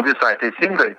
visai teisingai